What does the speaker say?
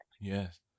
Yes